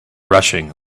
rushing